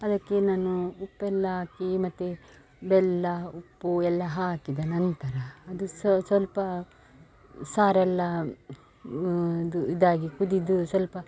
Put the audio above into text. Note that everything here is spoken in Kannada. ಅದಕ್ಕೆ ನಾನು ಉಪ್ಪೆಲ್ಲ ಹಾಕಿ ಮತ್ತೆ ಬೆಲ್ಲ ಉಪ್ಪು ಎಲ್ಲ ಹಾಕಿದ ನಂತರ ಅದು ಸ್ವಲ್ಪ ಸಾರೆಲ್ಲ ಇದು ಇದಾಗಿ ಕುದಿದು ಸ್ವಲ್ಪ